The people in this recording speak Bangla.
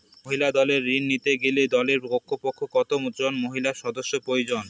মহিলা দলের ঋণ নিতে গেলে দলে কমপক্ষে কত জন মহিলা সদস্য প্রয়োজন?